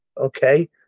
okay